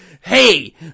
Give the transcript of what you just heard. Hey